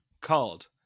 called